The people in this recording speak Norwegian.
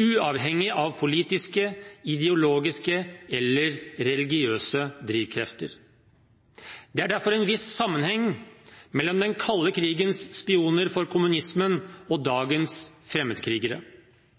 uavhengig av politiske, ideologiske eller religiøse drivkrefter. Det er derfor en viss sammenheng mellom den kalde krigens spioner for kommunismen og